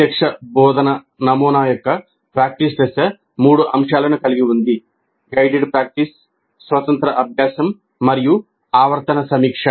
ప్రత్యక్ష బోధనా నమూనా యొక్క ప్రాక్టీస్ దశ మూడు అంశాలను కలిగి ఉంది గైడెడ్ ప్రాక్టీస్ స్వతంత్ర అభ్యాసం మరియు ఆవర్తన సమీక్ష